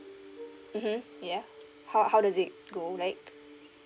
mmhmm yeah how how does it go like